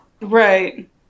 Right